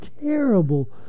terrible